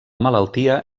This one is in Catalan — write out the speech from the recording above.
malaltia